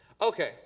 Okay